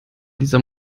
dieser